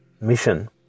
mission